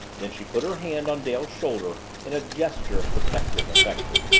then she put her hand on dale's shoulder in a gesture of protective affection.